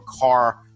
car